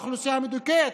האוכלוסייה המדוכאת.